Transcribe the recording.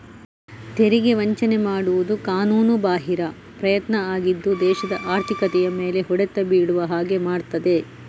ತೆರಿಗೆ ವಂಚನೆ ಮಾಡುದು ಕಾನೂನುಬಾಹಿರ ಪ್ರಯತ್ನ ಆಗಿದ್ದು ದೇಶದ ಆರ್ಥಿಕತೆಯ ಮೇಲೆ ಹೊಡೆತ ಬೀಳುವ ಹಾಗೆ ಮಾಡ್ತದೆ